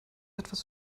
etwas